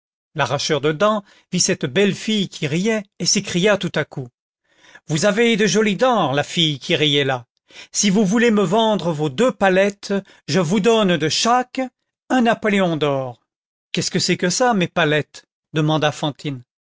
l'arracheur de dents vit cette belle fille qui riait et s'écria tout à coup vous avez de jolies dents la fille qui riez là si vous voulez me vendre vos deux palettes je vous donne de chaque un napoléon d'or qu'est-ce que c'est que ça mes palettes demanda